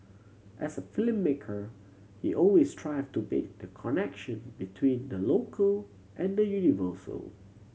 as a filmmaker he always strive to make the connection between the local and the universal